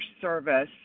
service